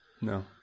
No